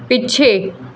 ਪਿੱਛੇ